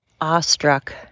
awestruck